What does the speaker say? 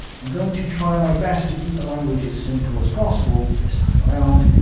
i'm going to try my best to keep the language as simple as possible this time around,